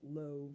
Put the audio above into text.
low